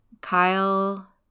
Kyle